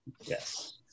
Yes